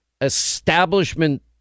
establishment